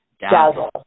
Dazzle